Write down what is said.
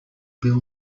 bill